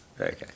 Okay